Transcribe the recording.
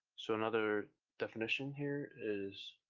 so another definition here is,